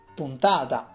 puntata